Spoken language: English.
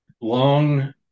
long